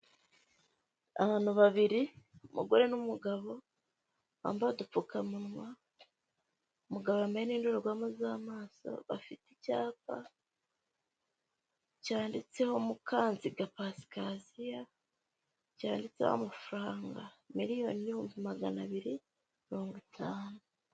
Abantu babiri umugore n'umugabo bambaye udupfukamunwa, umugabo yambaye n'indorerwamo z'amaso, bafite icyapa cyanditseho Mukanziga Pasikaziya, bafite icyapa cyanditseho amafaranga miliyoni n'ibihumbi magana abiri mirongo itanu.